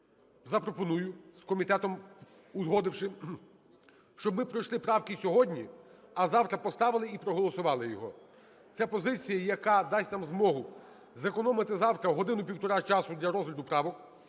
запропоную, з комітетом узгодивши, щоб ми пройшли правки сьогодні, а завтра поставили і проголосували його. Це позиція, яка дасть нам змогу зекономити завтра годину-півтори часу для розгляду правок.